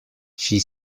she